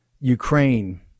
ukraine